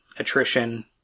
attrition